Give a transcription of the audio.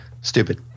Stupid